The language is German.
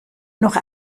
noch